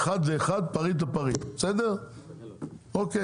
לא, תפנה למינהל התכנון, אין בעיה.